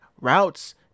routes